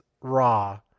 Raw